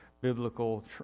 biblical